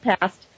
past